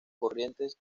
corrientes